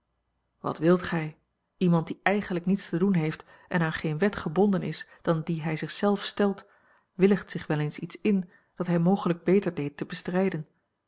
wat wilt gij iemand die eigenlijk niets te doen heeft en aan geene wet gebonden is dan die hij zich zelf stelt willigt zich wel eens iets in dat hij mogelijk beter deed te bestrijden